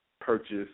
purchase